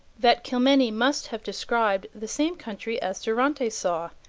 that kilmeny must have described the same country as durante saw,